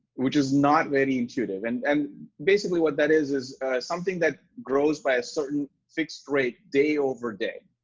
which is not very intuitive and and basically what that is, is something that grows by a certain fixed rate day over day,